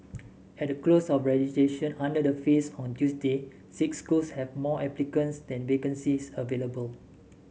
at the close of registration under the phase on Tuesday six schools have more applicants than vacancies available